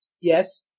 Yes